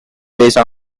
release